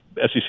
SEC